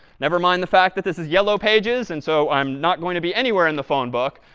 never mind the fact that this is yellow pages, and so i'm not going to be anywhere in the phone book,